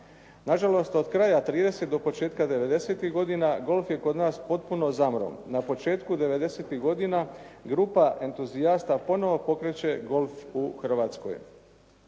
Nažalost od kraja 30 do početka 90-tih godina golf je kod nas potpuno zamro. Na početku 90-tih godina grupa entuzijasta ponovo pokreće golf u Hrvatskoj.